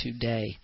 today